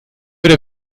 oder